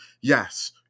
yes